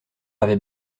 avait